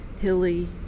Hilly